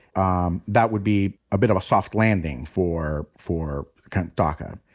um that would be a bit of a soft landing for for kind of daca.